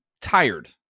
tired